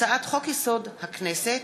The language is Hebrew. הצעת חוק סיוע ליוצאים